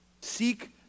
Seek